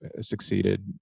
succeeded